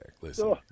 Listen